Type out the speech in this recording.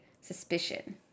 suspicion